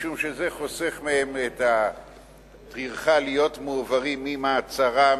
משום שזה חוסך מהם את הטרחה להיות מועברים מתא מעצרם